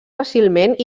fàcilment